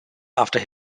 after